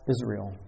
Israel